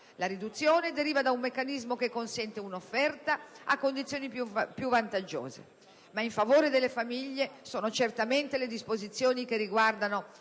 La riduzione deriva da un meccanismo che consente una offerta a condizioni più vantaggiose. In favore delle famiglie sono certamente le disposizioni che riguardano